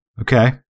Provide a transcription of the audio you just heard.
okay